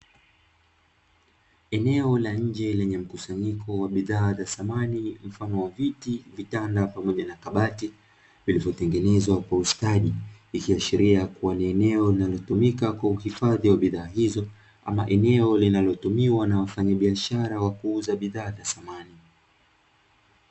Eneo la nje lenye mkusanyiko wa bidhaa za samani mfano wa viti, vitanda pamoja na kabati vilivyotengenezwa kwa ustadi, ikiashiria kuwa ni eneo linalotumika kwa uhifadhi wa bidhaa hizo, ama eneo linalotumiwa na wafanyibiashara wa kuuza bidhaa za samani.